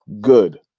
Good